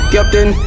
Captain